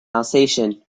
alsatian